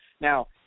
Now